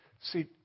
See